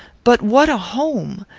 but what a home!